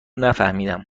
نفهمیدم